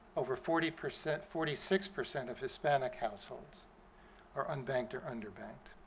over forty percent forty six percent of hispanic households are unbanked or underbanked.